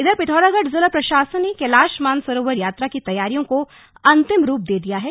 इधर पिथौरागढ़ जिला प्रशासन ने कैलाश मानसरोवर यात्रा की तैयारियों को अंतिम रूप दे दिया है